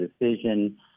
decision